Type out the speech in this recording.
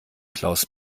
klaus